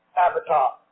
avatar